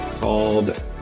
called